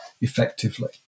effectively